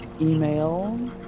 email